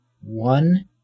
one